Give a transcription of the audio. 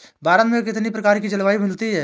भारत में कितनी प्रकार की जलवायु मिलती है?